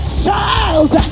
child